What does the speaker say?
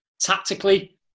tactically